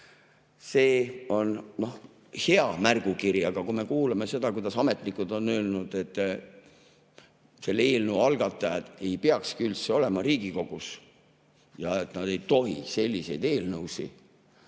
See on hea märgukiri. Aga kui me kuulame seda, kuidas ametnikud on öelnud, et selle eelnõu algatajad ei peaks üldse Riigikogus olema ja et nad ei tohiks selliseid eelnõusid